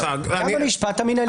רק המשפט המינהלי.